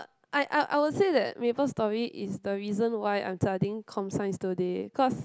I I I would say that Maple Story is the reason why I'm studying com science today cause